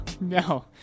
No